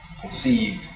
conceived